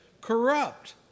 corrupt